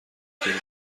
کردی